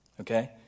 okay